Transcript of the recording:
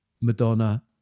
Madonna